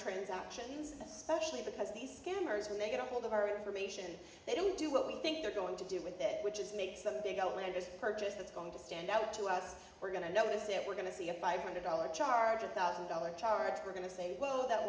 transactions especially because these scammers when they get ahold of our information they don't do what we think they're going to do with it which is makes them a big outlandish purchase that's going to stand out to us we're going to notice it we're going to see a five hundred dollars charge a thousand dollar charge we're going to say whoa that